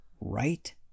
right